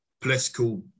political